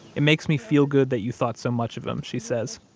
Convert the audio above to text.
it makes me feel good that you thought so much of him, she says.